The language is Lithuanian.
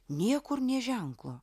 niekur nė ženklo